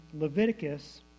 Leviticus